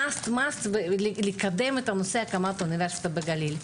חייבים לקדם את הנושא של הקמת אוניברסיטה בגליל,